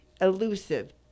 elusive